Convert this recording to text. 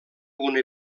una